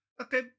Okay